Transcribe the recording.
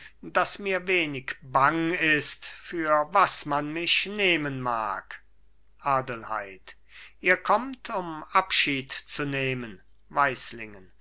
daß mir wenig bang ist für was man mich nehmen mag adelheid ihr kommt um abschied zu nehmen